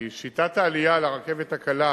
כי שיטת העלייה לרכבת הקלה